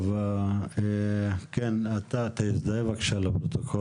טוב, כן, תזדהה בבקשה לפרוטוקול.